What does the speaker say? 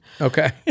okay